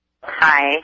Hi